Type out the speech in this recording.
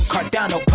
Cardano